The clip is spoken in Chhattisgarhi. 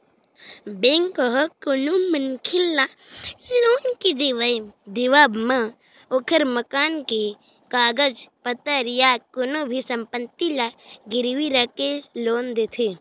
बेंक ह कोनो मनखे ल लोन के देवब म ओखर मकान के कागज पतर या कोनो भी संपत्ति ल गिरवी रखके लोन देथे